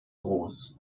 groß